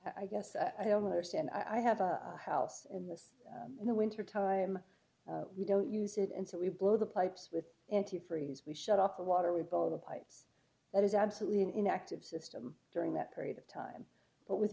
i guess i don't understand i have a house in this in the winter time we don't use it and so we blow the pipes with antifreeze we shut off the water with all the pipes that is absolutely an inactive system during that period of time but with